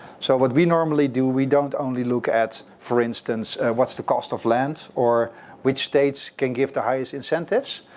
so what we normally do we don't only look at, for instance, what's the cost of land or which states can give the highest incentives.